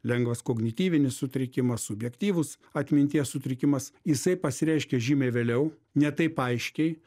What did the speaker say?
lengvas kognityvinis sutrikimas subjektyvus atminties sutrikimas jisai pasireiškia žymiai vėliau ne taip aiškiai